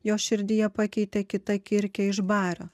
jo širdyje pakeitė kita kirkė iš bario